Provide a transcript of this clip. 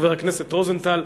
חבר הכנסת רוזנטל,